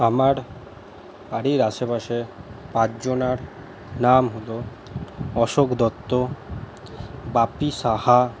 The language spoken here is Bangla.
আমার বাড়ির আশেপাশে পাঁচজনার নাম হল অশোক দত্ত বাপি সাহা